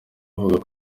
avuga